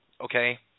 okay